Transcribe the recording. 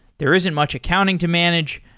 there isn't much accounting to manage,